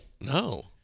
No